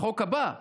בחוק הבא.